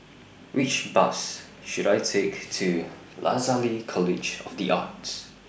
Which Bus should I Take to Lasalle College of The Arts